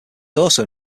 also